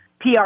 PR